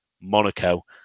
Monaco